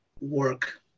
work